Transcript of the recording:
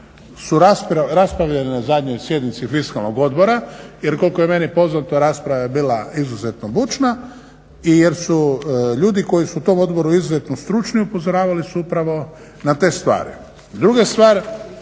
su raspravljali na zadnjoj sjednici fiskalnog odbora jer koliko je meni poznato rasprava je bila izuzetno bučna jer su ljudi koji su u tom odboru izuzetno stručni upozoravali su upravo na te stvari. Druga stvar,